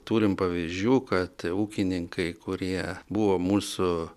turim pavyzdžių kad ūkininkai kurie buvo mūsų